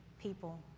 people